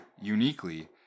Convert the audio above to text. uniquely